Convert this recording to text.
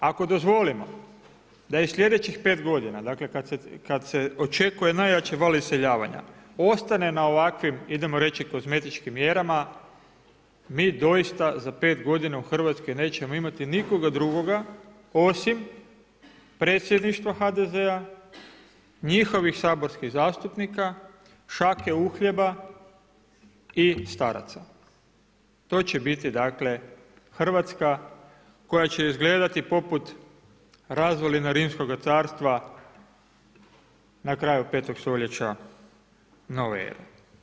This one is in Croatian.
Ako dozvolimo da i sljedećih pet godina, dakle kada se očekuje najveći val iseljavanja ostane na ovakvim, idemo reći kozmetičkim mjerama, mi doista za pet godina u Hrvatskoj nećemo imati nikoga drugoga osim predsjedništva HDZ-a, njihovih saborskih zastupnika, šake uhljeba i staraca, to će biti Hrvatska koja će izgledati popu razvalina Rimskog carstva na kraju 5. stoljeća nove ere.